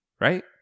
right